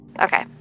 Okay